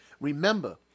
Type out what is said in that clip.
Remember